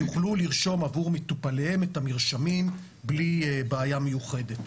יוכלו לרשום עבור מטופליהם את המרשמים בלי בעיה מיוחדת.